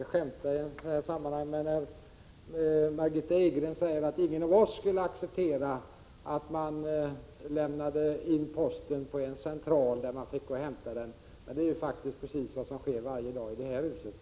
Margitta Edgren säger att ingen av oss skulle acceptera att man lämnade in posten på en central, där man sedan fick gå och hämta den. Man kanske inte skall skämta i sådana här sammanhang, men det är ju faktiskt precis vad som sker i det här huset varje dag.